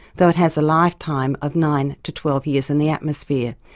though it has a lifetime of nine to twelve years in the atmosphere,